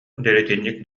дэриэтинньик